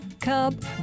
cub